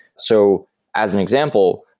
so as an example,